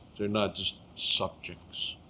they're not just subjects.